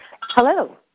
Hello